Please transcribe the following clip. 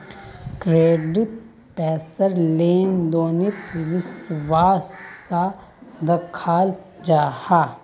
credit पैसार लें देनोत विश्वास सा दखाल जाहा